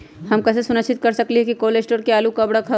हम कैसे सुनिश्चित कर सकली ह कि कोल शटोर से आलू कब रखब?